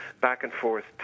back-and-forth